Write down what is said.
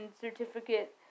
certificate